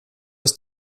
ist